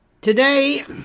Today